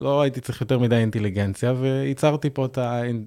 לא הייתי צריך יותר מדי אינטליגנציה וייצרתי פה את ה...